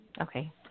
okay